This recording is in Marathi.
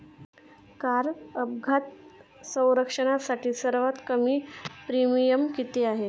कार अपघात संरक्षणासाठी सर्वात कमी प्रीमियम किती आहे?